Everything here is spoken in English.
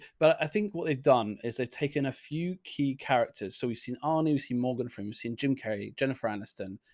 but i think what they've done is they've taken a few key characters. so we've seen our new see morgan frames in jim carrey, jennifer anniston,